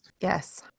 Yes